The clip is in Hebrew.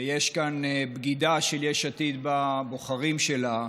ושיש כאן בגידה של יש עתיד בבוחרים שלה,